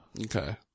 Okay